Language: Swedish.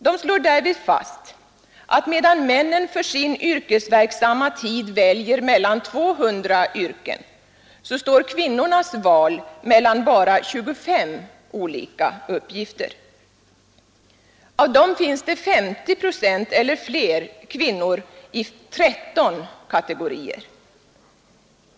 De slår därmed fast att medan männen för sin yrkesverksamma tid väljer mellan 200 yrken, står kvinnornas val mellan bara 25 olika uppgifter. Av dem finns det 50 procent eller fler kvinnor i 13 kategorier.